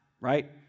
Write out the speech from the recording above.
Right